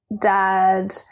dad